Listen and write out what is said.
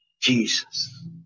jesus